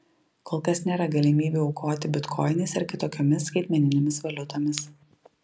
kol kas nėra galimybių aukoti bitkoinais ar kitokiomis skaitmeninėmis valiutomis